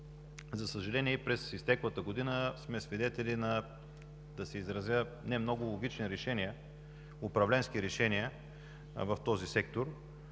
За съжаление, и през изтеклата година сме свидетели на, да се изразя, не много логични управленски решения в този сектор.